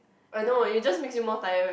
I know it just makes you more tired right